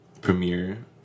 premiere